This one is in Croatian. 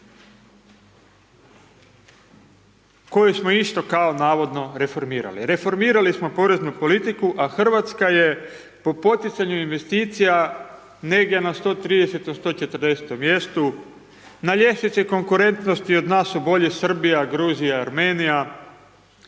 koju smo isto kao navodno, reformirali. Reformirali smo poreznu politiku a Hrvatska je po poticaju investicija negdje na 130., 140. mjestu, na ljestvici konkurentnosti od nas su bolju Srbija, Gruzija, Armenija,